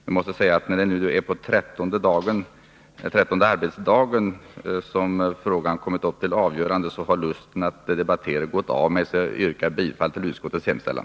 När denna fråga nu kommit område upp till avgörande under den trettonde arbetsdagen, har lusten att debattera tagit slut. Jag yrkar bifall till utskottets hemställan.